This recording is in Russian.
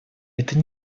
это